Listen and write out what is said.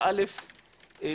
אל"ף,